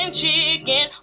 chicken